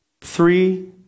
Three